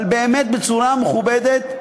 אבל באמת בצורה מכובדת,